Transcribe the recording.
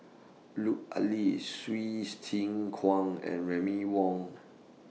Lut Ali Hsu Tse Kwang and Remy Ong